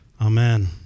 Amen